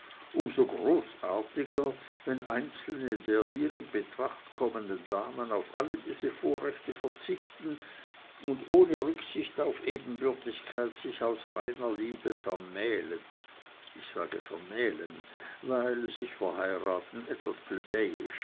so großartiger wenn einzelne der hier in betracht kommenden damen auf alle diese vorrechte verzichten und ohne rücksicht auf ebenbürtigkeit sich aus reiner liebe vermählen ich sage vermählen weil sich verheiraten etwas